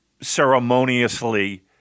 ceremoniously